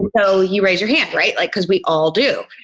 so you raise your hand, right? like because we all do,